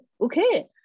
okay